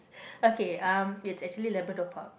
okay um it's actually Labrador-Park